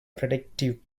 predictive